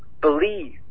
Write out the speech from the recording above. believe